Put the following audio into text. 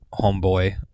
homeboy